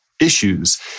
issues